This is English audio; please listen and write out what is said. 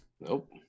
Nope